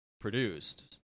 produced